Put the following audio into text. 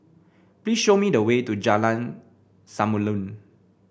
please show me the way to Jalan Samulun